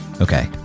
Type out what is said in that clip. Okay